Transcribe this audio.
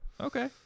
Okay